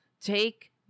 take